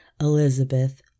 Elizabeth